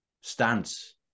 stance